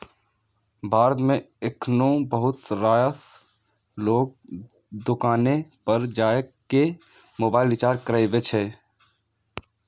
भारत मे एखनो बहुत रास लोग दोकाने पर जाके मोबाइल रिचार्ज कराबै छै